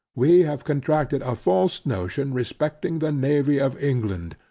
we have contracted a false notion respecting the navy of england,